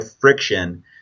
friction